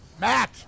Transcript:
Matt